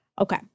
Okay